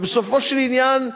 ובסופו של עניין,